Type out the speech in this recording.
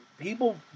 People